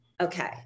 okay